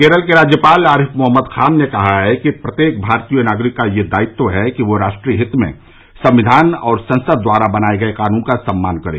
केरल के राज्यपाल आरिफ मोहम्मद खान ने कहा है कि प्रत्येक भारतीय नागरिक का यह दायित्व है कि वह राष्ट्रीय हित में संविधान और संसद द्वारा बनाए गए कानुन का सम्मान करे